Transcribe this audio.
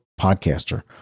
podcaster